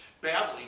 badly